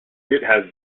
has